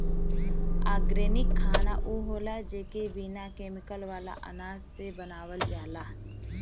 organic खाना उ होला जेके बिना केमिकल वाला अनाज से बनावल जाला